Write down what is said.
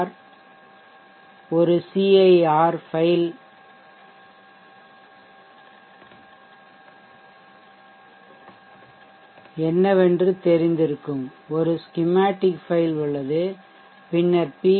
CIR file ஒரு CIR file என்னவென்று தெரிந்திருக்கும் ஒரு ஸ்கிமேட்டிக் ஃபைல் உள்ளது பின்னர் PV